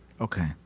Okay